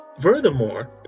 furthermore